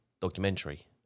documentary